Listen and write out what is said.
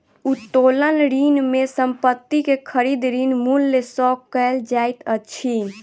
उत्तोलन ऋण में संपत्ति के खरीद, ऋण मूल्य सॅ कयल जाइत अछि